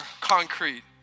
concrete